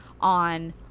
on